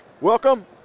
Welcome